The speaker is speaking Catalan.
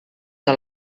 que